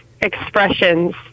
expressions